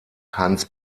hans